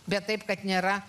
bet taip kad nėra